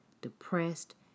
depressed